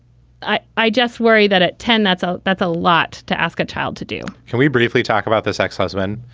i i just worry that at ten zero, that's a that's a lot to ask a child to do can we briefly talk about this ex-husband?